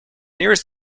nearest